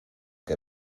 que